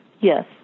yes